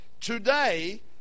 Today